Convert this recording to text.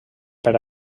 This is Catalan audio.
per